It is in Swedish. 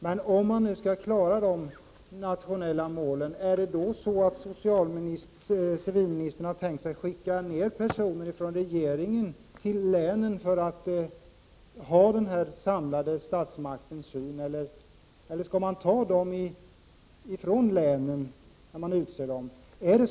Men om man nu skall klara att uppnå de nationella målen, hade civilministern då tänkt sig att skicka ner personer från regeringen till länen för att redovisa den samlade statsmaktens syn, eller skall man vid utseende av ledamöter ta dessa platser från länen?